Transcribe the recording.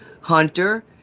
Hunter